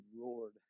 roared